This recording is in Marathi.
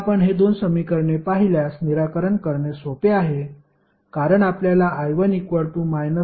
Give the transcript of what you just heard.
आता आपण हे दोन समीकरणे पाहिल्यास निराकरण करणे सोपे आहे कारण आपल्याला i1 3